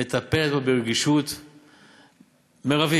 מטפלת בו ברגישות מרבית,